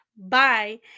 bye